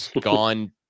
gone